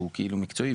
הוא רק לקווים האלה.